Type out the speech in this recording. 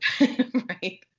Right